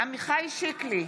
עמיחי שיקלי,